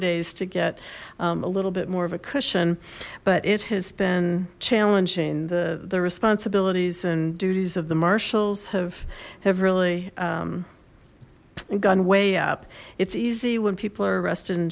days to get a little bit more of a cushion but it has been challenging the the responsibilities and duties of the marshals have have really gone way up it's easy when people are arrest